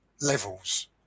levels